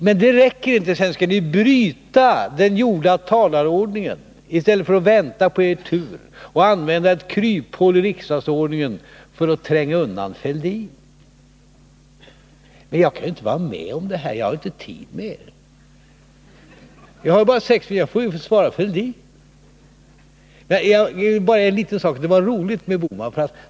Men det räcker inte — sedan bryter niden gjorda talarordningen, i stället för att vänta på er tur, och använder ett kryphål i riksdagsordningen för att tränga undan Thorbjörn Fälldin. Jag kan inte vara med om det här, jag har inte tid med er. Jag har bara sex minuter, och jag får ju bemöta Thorbjörn Fälldin. Jag skall bara ta upp en liten sak. Det var roligt med Gösta Bohman.